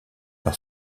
par